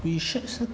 research 是